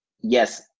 yes